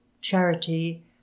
charity